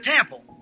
temple